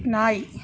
நாய்